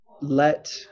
let